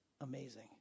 amazing